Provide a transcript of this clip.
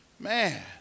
Man